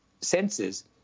senses